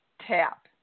tap